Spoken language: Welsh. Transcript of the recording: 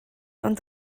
ond